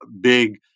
big